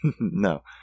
no